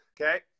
okay